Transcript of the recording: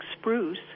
spruce